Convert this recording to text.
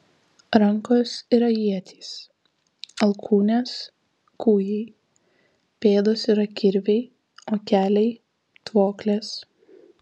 rankos yra ietys alkūnės kūjai pėdos yra kirviai o keliai tvoklės